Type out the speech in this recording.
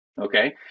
Okay